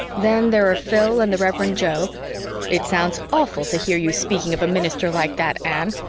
then there are phil and the reverend jo it sounds awful to hear you speaking of a minister like that, anne,